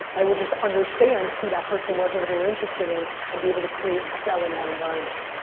i would just understand who that person was and what they were interested in and be able to create and sell in that environment.